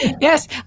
Yes